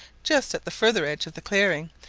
just at the further edge of the clearing,